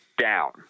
down